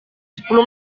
sepuluh